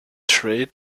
trade